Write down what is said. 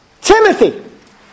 Timothy